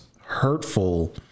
hurtful